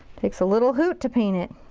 takes a little hoot to paint it.